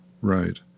right